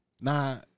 Nah